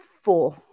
four